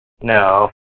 No